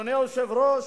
אדוני היושב-ראש,